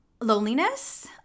loneliness